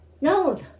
No